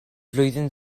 flwyddyn